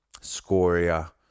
scoria